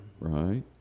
Right